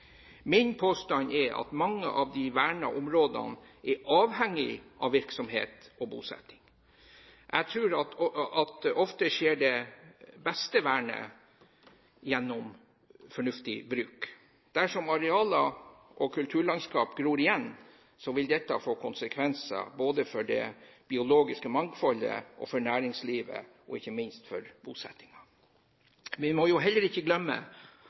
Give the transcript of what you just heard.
Min påstand er at mange av de vernede områdene er avhengig av virksomhet og bosetting. Jeg tror at ofte skjer det beste vernet gjennom fornuftig bruk. Dersom arealer og kulturlandskap gror igjen, vil dette få konsekvenser både for det biologiske mangfoldet, for næringslivet og ikke minst for bosettingen. Vi må heller ikke glemme